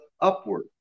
upward